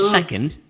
second